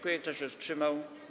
Kto się wstrzymał?